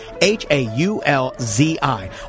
H-A-U-L-Z-I